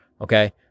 Okay